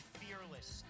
fearless